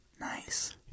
Nice